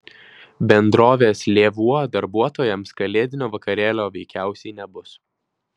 bendrovės lėvuo darbuotojams kalėdinio vakarėlio veikiausiai nebus